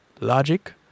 Logic